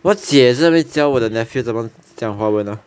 我姐在这边教我的 nephew 怎么讲华文 loh